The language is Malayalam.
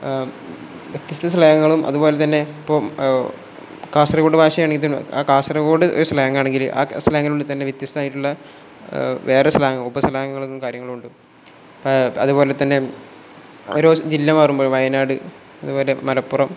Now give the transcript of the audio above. വ്യത്യസ്ത സ്ലാങ്ങുകളും അതുപോലെ തന്നെ ഇപ്പം കാസർഗോഡ് ഭാഷയാണെങ്കും ആ കാസർഗോഡ് സ്ലാങ്ങാണെങ്കിൽ ആ സ്ലാങ്ങിനുള്ളിൽ തന്നെ വ്യത്യസ്തമായിട്ടുള്ള വേറെ സ്ലാങ്ങും ഉപ സ്ലാങ്ങുകളും കാര്യങ്ങളുമുണ്ട് അതുപോലെ തന്നെ ഓരോ ജില്ല മാറുമ്പോഴും വയനാട് അതുപോലെ മലപ്പുറം